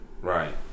right